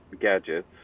gadgets